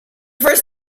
first